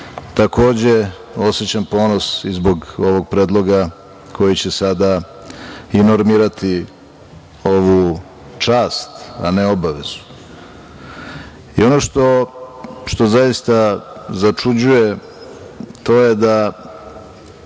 Takođe, osećam ponos i zbog ovog predloga koji će sada i normirati ovu čast, a ne obavezu. Ono što zaista začuđuje, to je da